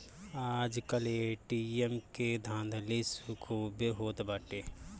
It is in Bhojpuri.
आजकल ए.टी.एम के धाधली खूबे होत बाटे